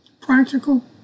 practical